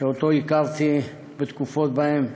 שאותו הכרתי בתקופות שבהן הילך,